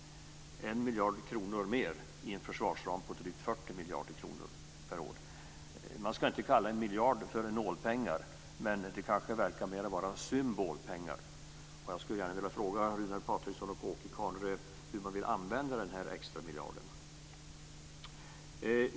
Det är 1 miljard kronor mer i en försvarsram på drygt 40 miljarder kronor per år. Man skall inte kalla 1 miljard för nålpengar. Det kanske mer verkar vara symbolpengar. Jag skulle gärna vilja fråga Runar Patriksson och Åke Carnerö hur man vill använda den extra miljarden.